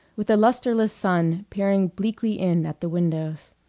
with a lustreless sun peering bleakly in at the windows.